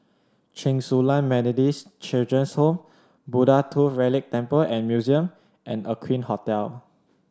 Chen Su Lan Methodist Children's Home Buddha Tooth Relic Temple and Museum and Aqueen Hotel